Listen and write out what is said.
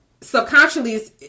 subconsciously